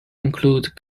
include